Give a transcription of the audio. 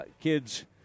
kids